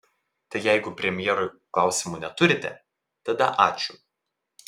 tai jeigu premjerui klausimų neturite tada ačiū